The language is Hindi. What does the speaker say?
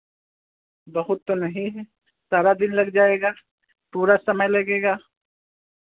बहुत तो नहीं है सारा दिन लग जाएगा पूरा समय लगेगा